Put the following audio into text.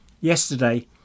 Yesterday